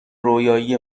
رویایی